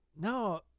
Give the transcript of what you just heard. No